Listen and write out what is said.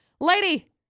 lady